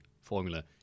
formula